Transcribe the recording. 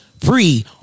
free